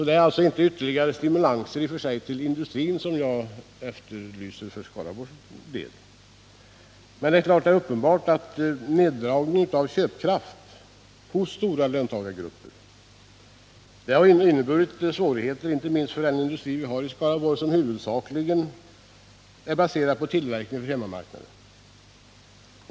Det är alltså inte ytterligare stimulanser till industrin som jag efterlyser för Skaraborgs del. Men det är klart att neddragningen av köpkraften hos stora löntagargrupper har inneburit stora svårigheter, inte minst för industrin i Skaraborg, som huvudsakligen är baserad på tillverkning för hemmamarknaden.